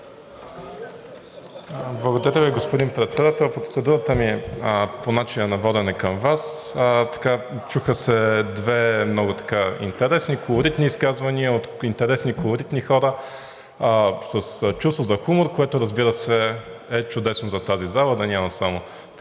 Благодаря Ви, господин Председател. Процедурата ми е по начина на водене към Вас. Чуха се две много интересни, колоритни изказвания от интересни, колоритни хора с чувство за хумор, което, разбира се, е чудесно в тази зала да няма само така